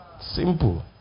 simple